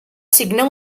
signar